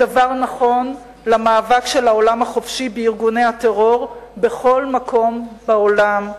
הדבר נכון למאבק של העולם החופשי בארגוני הטרור בכל מקום בעולם,